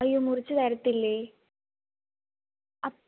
അയ്യോ മുറിച്ച് തരത്തില്ലേ അപ്പം